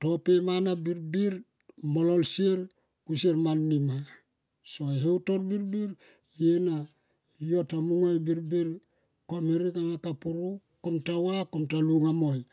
to po e mana birbir ye na yo ta mungoi birbir kom herek ang a ka puru kom ta va kom ta lunga moi.